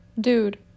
Dude